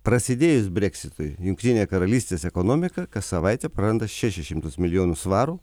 prasidėjus breksitui jungtinė karalystės ekonomika kas savaitę praranda šešis šimtus milijonų svarų